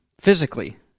physically